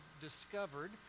discovered